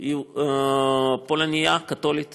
היא פולנייה קתולית